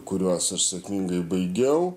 kuriuos aš sėkmingai baigiau